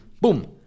Boom